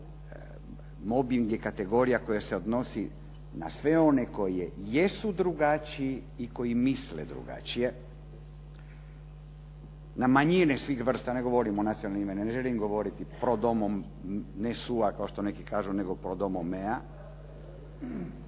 da mobing je kategorija koja se odnosi na sve one koji jesu drugačiji i koji misle drugačije, na manjine svih vrsta, ne govorim o nacionalnim manjinama. Ne želim govoriti pro domo nesua kao što neki kažu nego pro domo mea,